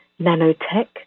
nanotech